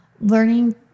learning